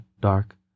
DARK